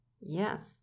Yes